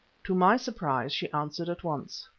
to my surprise she answered at once.